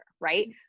right